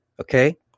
okay